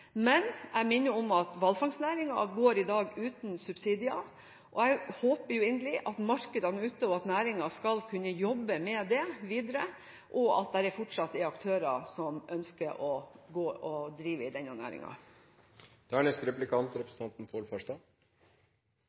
Men jeg minner om at hvalfangstnæringen i dag går uten subsidier. Jeg håper inderlig at markedene ute og næringen skal kunne jobbe med dette videre, og at det fortsatt er aktører som ønsker drive i denne næringen. Fiskeriministeren nevnte i innlegget sitt dette med makrellavtalen som er